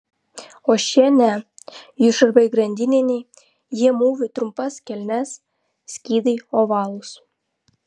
o šie ne jų šarvai grandininiai jie mūvi trumpas kelnes skydai ovalūs